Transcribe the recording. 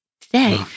today